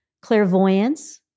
clairvoyance